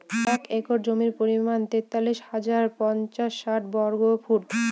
এক একর জমির পরিমাণ তেতাল্লিশ হাজার পাঁচশ ষাট বর্গফুট